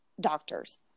doctors